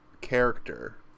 character